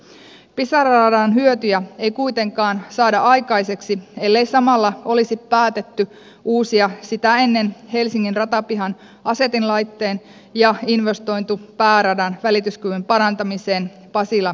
pisara radan hyötyjä ei kuitenkaan saada aikaiseksi ellei samalla olisi päätetty uusia sitä ennen helsingin ratapihan asetinlaite ja investoitu pääradan välityskyvyn parantamiseen pasilan ja riihimäen välillä